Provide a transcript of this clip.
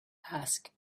ask